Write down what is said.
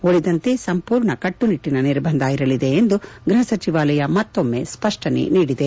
ಉಳಿದಂತೆ ಸಂಪೂರ್ಣ ಕಟ್ಟುನಿಟ್ಲನ ನಿರ್ಬಂಧ ಇರಲಿದೆ ಎಂದು ಗೃಹ ಸಚಿವಾಲಯ ಮತ್ತೊಮ್ನೆ ಸ್ವಷ್ನನೆ ನೀಡಿದೆ